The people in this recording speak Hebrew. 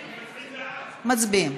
מצביעים.